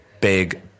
Big